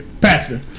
pastor